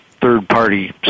third-party